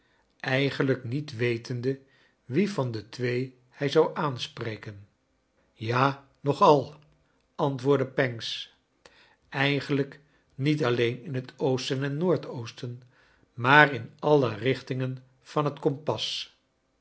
eigenlijk niet wetende wien van de twee hij zou aanspreken ja nogal antwoordde pancks eigenlijk niet alleen in het oosten en noordoosten maar in alle richtinge n van het kompas